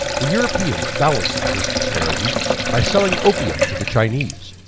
the europeans balanced this disparity by selling opium to the chinese.